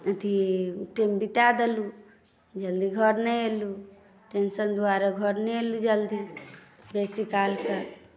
अथी टाइम बीताए देलहुँ जल्दी घर नहि एलहुँ टेंशन दुआरे घर नहि एलहुँ जल्दी बेसी कालके